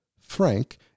frank